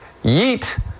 Yeet